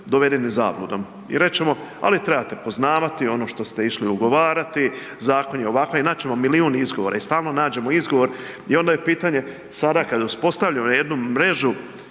dovedeni zabludom. I reć ćemo a vi trebate poznavati ono što ste išli ugovarati, zakon je ovakav i nać ćemo milijun izgovora i stvarno nađemo izgovor. I onda je pitanje sada kada uspostavljamo jednu mrežu